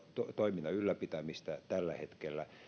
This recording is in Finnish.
toiminnan ylläpitämistä tällä hetkellä